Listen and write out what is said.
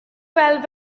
gweld